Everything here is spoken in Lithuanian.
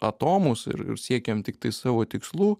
atomus ir siekiam tiktai savo tikslų